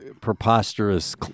preposterous